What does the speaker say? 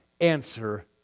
answer